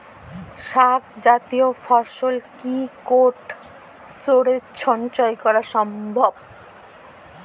শাক জাতীয় ফসল কি কোল্ড স্টোরেজে সঞ্চয় করা সম্ভব?